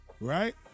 Right